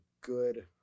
good